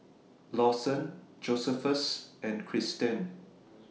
Lawson Josephus and Christen